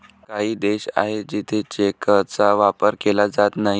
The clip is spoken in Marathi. काही देश आहे जिथे चेकचा वापर केला जात नाही